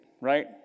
right